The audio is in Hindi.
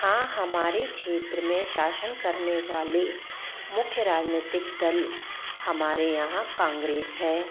हाँ हमारे क्षेत्र में शासन करने वाले मुख्य राजनीतिक दल हमारे यहाँ कांग्रेस है